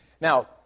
Now